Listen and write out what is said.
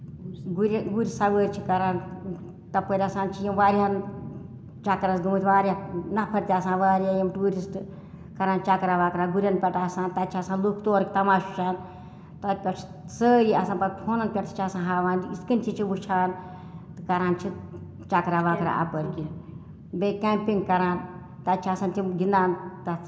گُرِ گُرۍ سَوٲر چھِ کران تَپٲرۍ ہسا چھِ یِم واریاہن چکرَس گٔمٕتۍ واریاہ نَفر تہِ آسان واریاہ یِم ٹیوٗرِسٹ کران چکرا وَکرا گُرن پٮ۪ٹھ آسان تَتہِ چھِ آسان لُکھ تورٕکۍ تَماشہٕ وُچھان تَتہِ پٮ۪ٹھ سٲری آسان فونن پٮ۪ٹھ تہِ چھِ آسان ہاوان یِتھ کَنۍ تہِ چھِ وُچھان تہٕ کران چھِ چکرا وَکرا اَپٲرۍ کِنۍ بیٚیہِ کیمپِنگ کران تَتہِ چھِ آسان تِم گِندان تَتھ